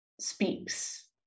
speaks